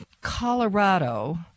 Colorado